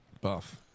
Buff